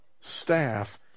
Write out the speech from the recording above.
staff